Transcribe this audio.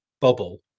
Bubble